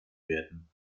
werden